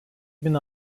bin